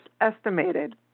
estimated